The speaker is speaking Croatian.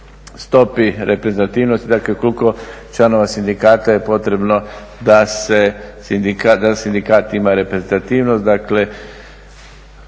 stopi reprezentativnosti, dakle koliko članova sindikata je potrebno da sindikat ima reprezentativnost, dakle